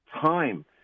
time